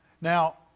Now